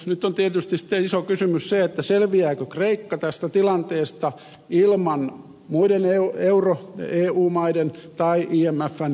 nyt on tietysti sitten iso kysymys se selviääkö kreikka tästä tilanteesta ilman muiden euro ja eu maiden tai imfn tukea